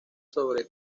sobre